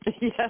Yes